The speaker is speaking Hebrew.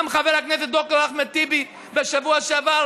גם חבר הכנסת ד"ר אחמד טיבי ניסה בשבוע שעבר